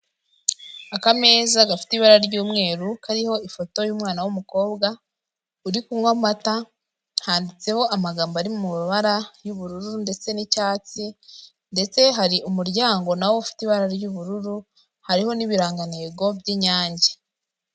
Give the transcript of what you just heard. Akameza gafite ibara ry'umweru, kariho ifoto y'umwana w'umukobwa uri kunywa amata, handitseho amagambo ari mu mabara y'uburu ndetse n'icyatsi ndetse hari umuryango na wo ufite ibara ry'ubururu, hariho n'ibirangantego by'Inyange.